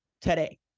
today